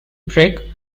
brick